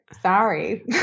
sorry